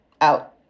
out